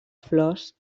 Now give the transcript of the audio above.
flors